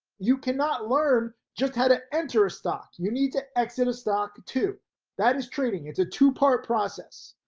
you cannot learn just how to enter a stock you need to exit a stock too that is trading. it's a two part process.